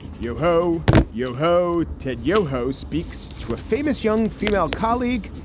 yo ho, yo ho. ted yoho speaks to a famous young female colleague,